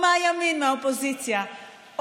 או מהימין, מהאופוזיציה.